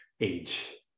age